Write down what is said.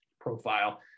profile